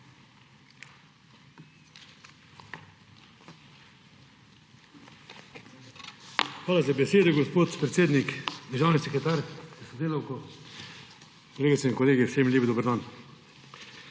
Hvala za besedo, gospod predsednik. Državni sekretar s sodelavko, kolegice in kolegi, vsem lep dober dan!